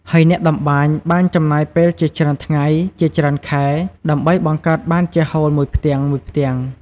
ហើយអ្នកតម្បាញបានចំណាយពេលជាច្រើនថ្ងៃជាច្រើនខែដើម្បីបង្កើតបានជាហូលមួយផ្ទាំងៗ។